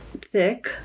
thick